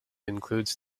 includes